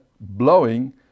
blowing